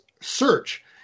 search